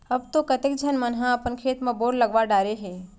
अब तो कतेक झन मन ह अपन खेत म बोर करवा डारे हें